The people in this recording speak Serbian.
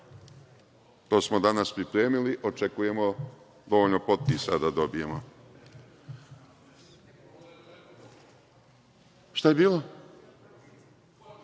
To smo danas pripremili, očekujemo dovoljno potpisa da dobijemo. Imam ja onih